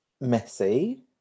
messy